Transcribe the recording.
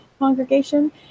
congregation